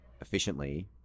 efficiently